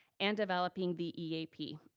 and developing the eap.